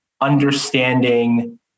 understanding